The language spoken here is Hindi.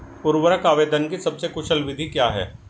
उर्वरक आवेदन की सबसे कुशल विधि क्या है?